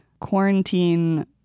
quarantine